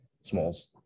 smalls